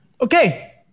Okay